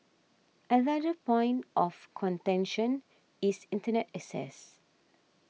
another point of contention is internet access